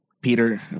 Peter